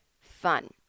fun